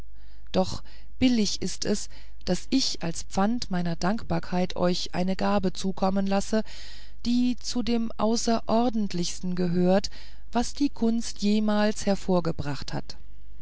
doch billig ist es daß ich als pfand meiner dankbarkeit euch eine gabe zukommen lasse die zu dem außerordentlichen gehört was die kunst jemals hervorgebracht hat